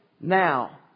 now